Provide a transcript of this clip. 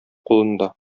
кулында